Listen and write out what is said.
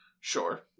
Sure